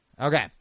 Okay